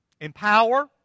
empower